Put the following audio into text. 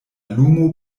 lumo